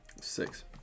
Six